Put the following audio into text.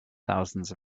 thousands